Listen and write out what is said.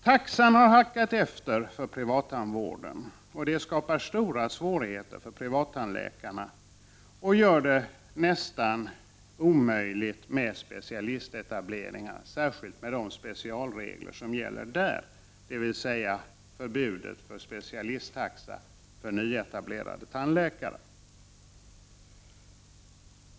Taxan i privattandvården har halkat efter, och det skapar stora svårigheter för privattandläkarna och gör det nästan omöjligt med specialistetableringar, särskilt med de specialregler som gäller där, dvs. förbudet mot specialisttaxa för nyetablerade tandläkare.